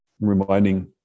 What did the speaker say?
reminding